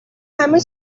همه